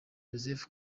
joseph